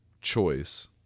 choice